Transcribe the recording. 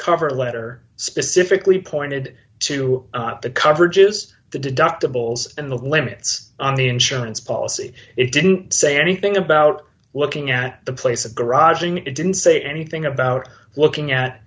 cover letter specifically pointed to the coverages the deductibles and the limits on the insurance policy it didn't say anything about looking at the place of garage and it didn't say anything about looking at